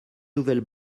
nouvelles